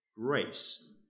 grace